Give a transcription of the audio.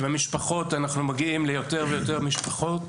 אנחנו מגיעים ליותר ויותר משפחות